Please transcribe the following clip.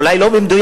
אולי לא במדויק,